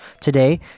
Today